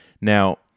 Now